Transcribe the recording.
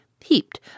heaped